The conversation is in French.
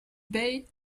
bay